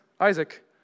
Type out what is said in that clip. Isaac